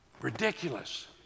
Ridiculous